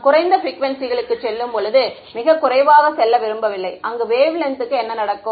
நான் குறைந்த ப்ரிக்குவேன்சிகளுக்குச் செல்லும்போது மிகக் குறைவாக செல்ல விரும்பவில்லை அங்கு வேவ் லென்த்க்கு என்ன நடக்கும்